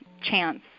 chance